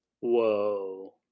Whoa